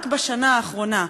רק בשנה האחרונה,